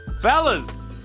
fellas